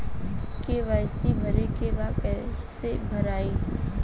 KYC भरे के बा कइसे भराई?